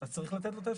צריך לתת לו את האפשרות.